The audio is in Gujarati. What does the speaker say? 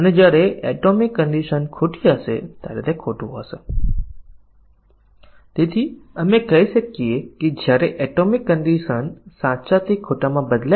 તે MCDC પરીક્ષણ છે મલ્ટિપલ કંડિશન ડિસીઝન કવરેજ પરીક્ષણ જ્યાં આપણે મલ્ટિપલ કંડિશન કવરેજ જેટલી બગ ડિટેક્શન ક્ષમતા પ્રાપ્ત કરવાનો પ્રયત્ન કરીશું